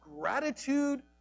gratitude